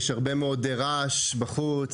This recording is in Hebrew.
יש הרבה מאוד רעש בחוץ,